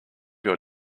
your